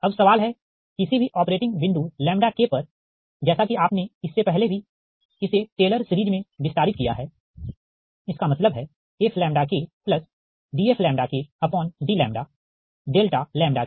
अब सवाल है किसी भी ऑपरेटिंग बिंदु लैम्ब्डा k पर जैसा कि आपने इससे पहले भी इसे टेलर सिरीज़ में विस्तारित किया है इसका मतलब है fKdfdλKPLPLossK